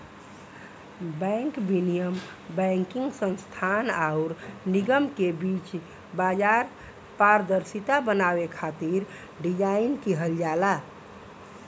bank विनियम banking संस्थान आउर निगम के बीच बाजार पारदर्शिता बनावे खातिर डिज़ाइन किहल जाला